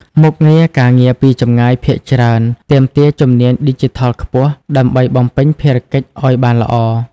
មុខងារការងារពីចម្ងាយភាគច្រើន ទាមទារជំនាញឌីជីថលខ្ពស់ ដើម្បីបំពេញភារកិច្ចឱ្យបានល្អ។